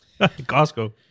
Costco